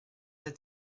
the